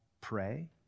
pray